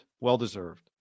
Well-deserved